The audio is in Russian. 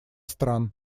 стран